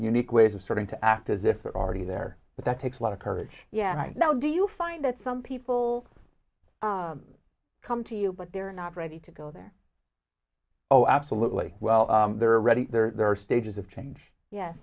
unique ways of starting to act as if they're already there but that takes a lot of courage yeah right now do you find that some people come to you but they're not ready to go there oh absolutely well they're ready there are stages of change ye